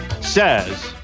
says